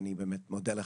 אני באמת מודה לכם.